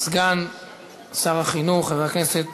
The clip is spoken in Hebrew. סגן שר החינוך, חבר הכנסת,